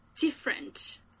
different